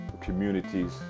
communities